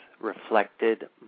reflected